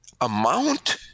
amount